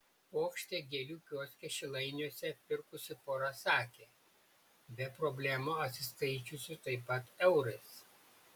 puokštę gėlių kioske šilainiuose pirkusi pora sakė be problemų atsiskaičiusi taip pat eurais